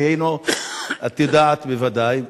כי את יודעת בוודאי,